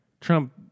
Trump